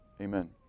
Amen